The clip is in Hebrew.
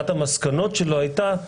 הייתה,